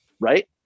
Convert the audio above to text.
Right